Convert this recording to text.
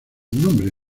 nombre